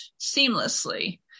seamlessly